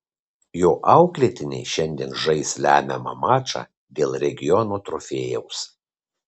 jo auklėtiniai šiandien žais lemiamą mačą dėl regiono trofėjaus